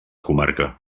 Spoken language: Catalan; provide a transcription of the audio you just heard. comarca